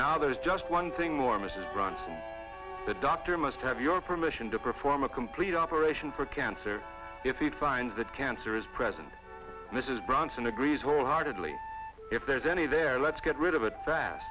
now there's just one thing more mrs brown the doctor must have your permission to perform a complete operation for cancer if you find that cancer is present mrs bronson agrees wholeheartedly if there's any there let's get rid of it fast